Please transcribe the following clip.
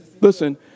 Listen